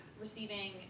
receiving